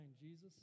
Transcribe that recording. Jesus